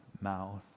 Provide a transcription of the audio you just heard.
mouth